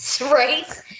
Right